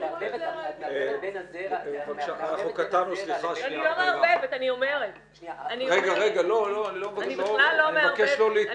את מערבבת את הדרג --- אני בכלל לא מערבבת,